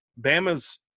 Bama's